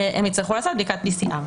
הם יצטרכו לעשות בדיקת PCR,